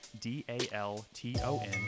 D-A-L-T-O-N